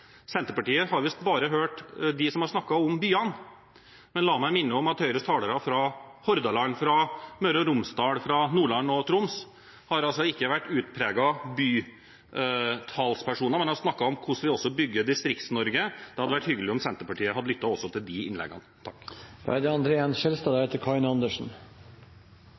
Senterpartiet har visst bare hørt dem som har snakket om byene. Men la meg minne om at Høyres talere fra Hordaland, fra Møre og Romsdal, fra Nordland og fra Troms ikke har vært utpreget bytalspersoner, men de har snakket om hvordan vi også bygger Distrikts-Norge. Det hadde vært hyggelig om Senterpartiet hadde lyttet også til de innleggene.